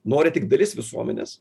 nori tik dalis visuomenės